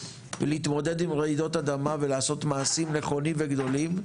להתמודד עם רעידות אדמה ולעשות מעשים נכונים וגדולים,